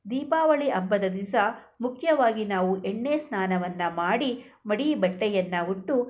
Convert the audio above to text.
ದೀಪಾವಳಿ ಹಬ್ಬದ ದಿಸ ಮುಖ್ಯವಾಗಿ ನಾವು ಎಣ್ಣೆ ಸ್ನಾನವನ್ನು ಮಾಡಿ ಮಡಿ ಬಟ್ಟೆಯನ್ನು ಉಟ್ಟು